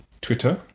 Twitter